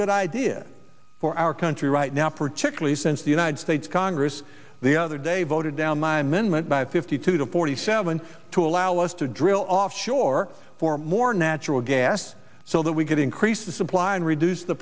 good idea for our country right now particularly since the united states congress the other day voted down my men went by fifty two to forty seven to allow us to drill offshore for more natural gas so that we could increase the supply and reduce the